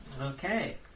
Okay